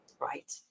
right